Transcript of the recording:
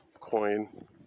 coin